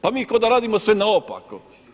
Pa mi kao da radimo sve naopako!